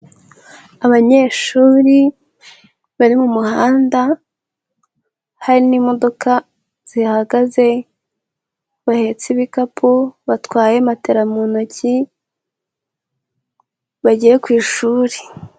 Abanyeshuri bari mu muhanda, hari n'imodoka zihagaze, bahetse ibikapu, batwaye matera mu ntoki bagiye ku ishuri.